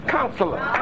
Counselor